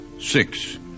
six